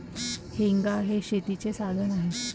हेंगा हे शेतीचे साधन आहे